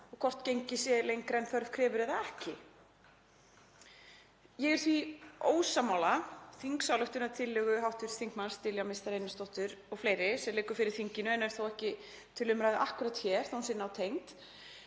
og hvort gengið sé lengra en þörf krefur eða ekki. Ég er því ósammála þingsályktunartillögu hv. þm. Diljár Mistar Einarsdóttur og fleiri sem liggur fyrir þinginu en er þó ekki til umræðu akkúrat hér þó að hún sé nátengd,